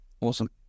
Awesome